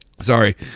Sorry